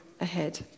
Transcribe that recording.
ahead